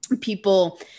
people